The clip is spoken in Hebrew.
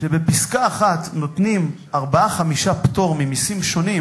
כשבפסקה אחת נותנים ארבעה-חמישה פטור ממסים שונים